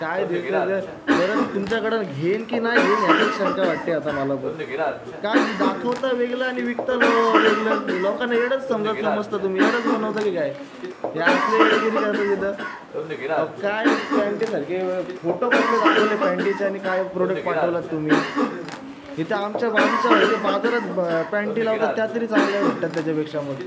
काय परत तुमच्याकडून घेईन की नाही घेईन याचीच शंका वाटत आहे आता मला पण काय ते दाखवता वेगळं आणि विकता लो वेगळं लोकांना वेडंच समजा समजता तुम्ही वेडंच बनवता की काय हे असली येडेगिरी करता तिथं अहो काय पॅन्टेसारखी फोटो कसले दाखवले पॅन्टीचे आणि काय प्रोडक्ट पाठवलात तुम्ही इथं आमच्या बाजूच्या व इथे बाजरात ब पॅन्टी लावतात त्या तरी चांगल्या भेटतात त्याच्यापेक्षा मग